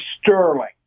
sterling